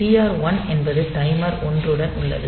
TR 1 என்பது timer 1 உடன் உள்ளது